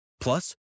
Plus